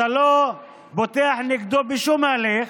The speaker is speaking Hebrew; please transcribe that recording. אתה לא פותח נגדו בשום הליך,